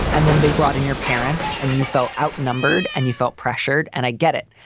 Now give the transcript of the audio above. and then they brought in your parents and you felt outnumbered and you felt pressured. and i get it.